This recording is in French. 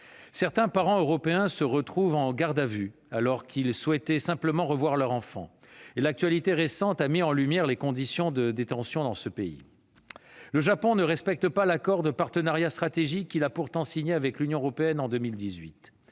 Certains parents européens se retrouvent en garde à vue, alors qu'ils souhaitaient simplement revoir leur enfant. L'actualité récente a mis en lumière les conditions de détention dans ce pays ! Le Japon ne respecte pas l'accord de partenariat stratégique qu'il a pourtant signé avec l'Union européenne en 2018.